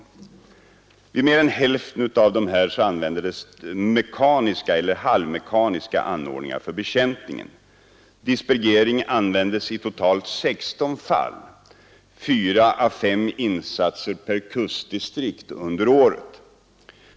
Vid mer än hälften av dessa användes mekaniska eller halvmekaniska anordningar för bekämpningen. Dispergering användes i totalt 16 fall — fyra å fem insatser per kustdistrikt under året.